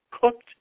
cooked